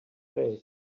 face